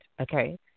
Okay